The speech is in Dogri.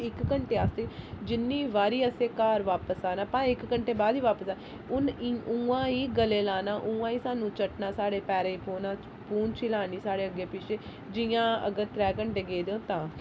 इक घैंटे आस्तै जिन्नी बारी असें घर बापस आना भाएं इक घैंटे बाद ही बापस आना उन्न इन उयां ही गले लाना उ'यां ही सानू चट्टना साढ़े पैरे पौना पूछं हिलानी स्हाड़ै अग्गें पिच्छें जियां अगर त्रै घैंटे गेदे होगे तां